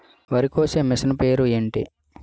వరి కోసే మిషన్ పేరు ఏంటి